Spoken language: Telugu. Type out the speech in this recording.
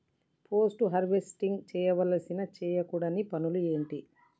పోస్ట్ హార్వెస్టింగ్ చేయవలసిన చేయకూడని పనులు ఏంటి?